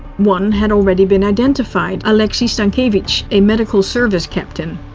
one had already been identified. aleksey stankevich, a medical service captain.